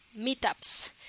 meetups